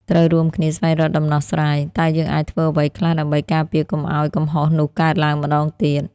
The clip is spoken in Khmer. ត្រូវរួមគ្នា ស្វែងរកដំណោះស្រាយ។ តើយើងអាចធ្វើអ្វីខ្លះដើម្បីការពារកុំឲ្យកំហុសនោះកើតឡើងម្តងទៀត